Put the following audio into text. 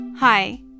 Hi